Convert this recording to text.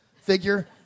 figure